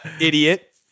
Idiot